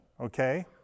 okay